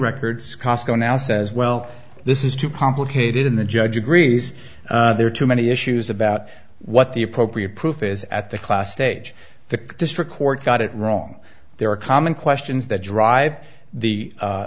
records cosco now says well this is too complicated in the judge agrees there are too many issues about what the appropriate proof is at the class stage the district court got it wrong there are common questions that drive the